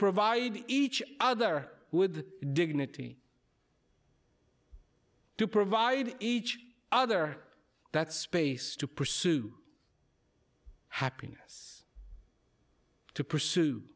provide each other with dignity to provide each other that space to pursue happiness to pursue